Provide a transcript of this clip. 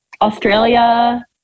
australia